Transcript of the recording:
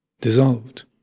dissolved